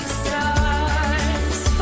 stars